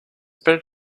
better